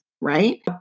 right